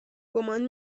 گمان